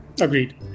Agreed